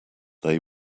they